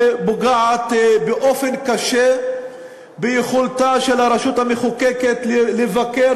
שפוגעת באופן קשה ביכולתה של הרשות המחוקקת לבקר